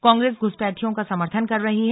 कांग्रेस घुसपैठियों का समर्थन कर रही है